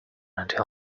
until